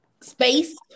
space